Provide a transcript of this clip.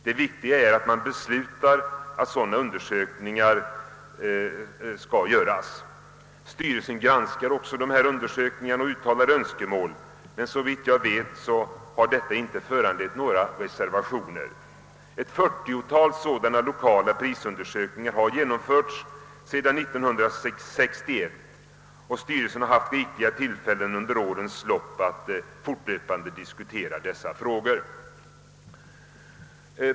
Det viktiga är att man beslutar att sådana undersökningar skall göras. Styrelsen granskar också resultatet av undersökningarna och uttalar önskemål, men såvitt jag vet har detta inte föranlett några reservationer. Ett 40-tal sådana lokala undersökningar har genomförts sedan 1961, och styrelsen har under årens lopp haft rikliga tillfällen att fortlöpande diskutera dessa frågor.